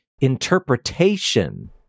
interpretation